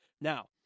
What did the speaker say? Now